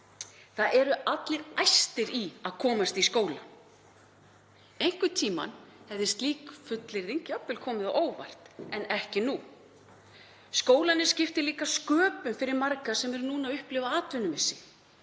Það eru allir æstir í að komast í skólann. Einhvern tímann hefði slík fullyrðing jafnvel komið á óvart en ekki nú. Skólarnir skipta líka sköpum fyrir marga sem upplifa núna atvinnumissi